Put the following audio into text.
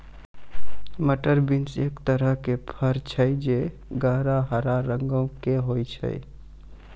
मटर बींस एक तरहो के फर छै जे गहरा हरा रंगो के होय छै